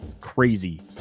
crazy